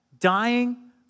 dying